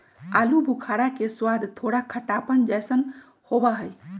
आलू बुखारा के स्वाद थोड़ा खट्टापन जयसन होबा हई